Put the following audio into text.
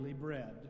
bread